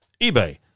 eBay